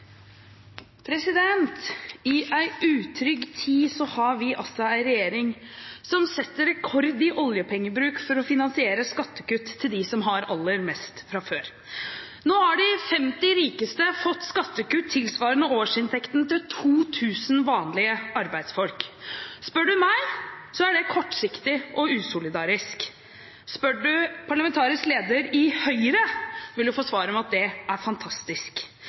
I en utrygg tid har vi altså en regjering som setter rekord i oljepengebruk for å finansiere skattekutt til dem som har aller mest fra før. Nå har de 50 rikeste fått skattekutt tilsvarende årsinntekten til 2 000 vanlige arbeidsfolk. Spør en meg, er det kortsiktig og usolidarisk. Spør en parlamentarisk leder i Høyre, vil en få til svar at det er fantastisk.